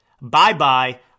Bye-bye